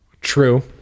True